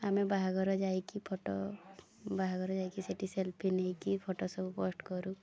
ଆମେ ବାହାଘର ଯାଇକି ଫୋଟୋ ବାହାଘର ଯାଇକି ସେଠି ସେଲ୍ଫି ନେଇକି ଫୋଟୋ ସବୁ ପୋଷ୍ଟ୍ କରୁ